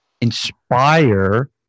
inspire